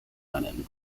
lennon